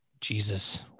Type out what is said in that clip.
Jesus